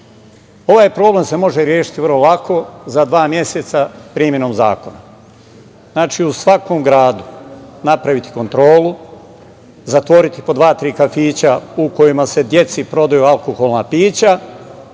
problem se može rešiti vrlo lako, za dva meseca, primenom zakona. Znači, u svakom gradu napraviti kontrolu, zatvoriti po dva-tri kafića u kojima se deci prodaju alkoholna pića